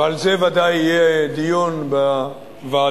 ועל זה ודאי יהיה דיון בוועדה,